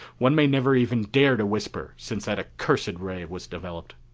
one may never even dare to whisper since that accursed ray was developed.